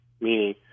meaning